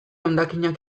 hondakinak